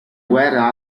guerra